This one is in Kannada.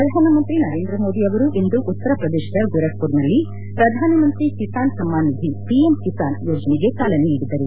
ಪ್ರಧಾನಮಂತ್ರಿ ನರೇಂದ್ರ ಮೋದಿ ಅವರು ಇಂದು ಉತ್ತರ ಪ್ರದೇಶದ ಗೋರಖ್ ಪುರ್ನಲ್ಲಿ ಪ್ರಧಾನ ಮಂತ್ರಿ ಕಿಸಾನ್ ಸಮ್ಮಾನ್ ನಿಧಿ ಪಿಎಂ ಕಿಸಾನ್ ಯೋಜನೆಗೆ ಚಾಲೆನ ನೀಡಿದರು